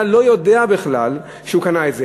רכב יד שנייה לא יודע בכלל שהוא קנה דבר כזה.